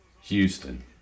Houston